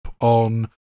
on